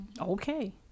Okay